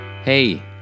Hey